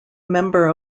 member